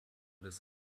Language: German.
des